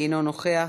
אינו נוכח,